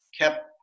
kept